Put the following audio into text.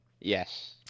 Yes